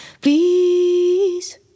Please